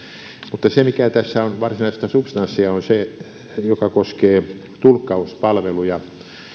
mutta se mikä tässä on varsinaista substanssia on se joka koskee tulkkauspalveluja